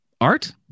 Art